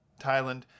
Thailand